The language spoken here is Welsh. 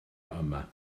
yma